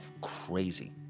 crazy